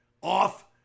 off